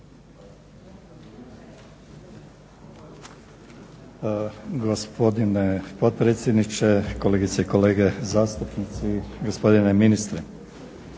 Hvala i vama.